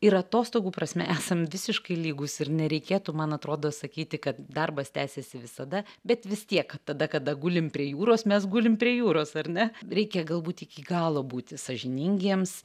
ir atostogų prasme esam visiškai lygūs ir nereikėtų man atrodo sakyti kad darbas tęsiasi visada bet vis tiek tada kada gulim prie jūros mes gulim prie jūros ar ne reikia galbūt iki galo būti sąžiningiems